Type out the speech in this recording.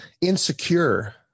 insecure